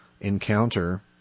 encounter